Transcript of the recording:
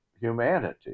humanity